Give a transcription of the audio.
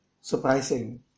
surprising